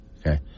Okay